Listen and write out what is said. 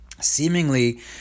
Seemingly